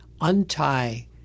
untie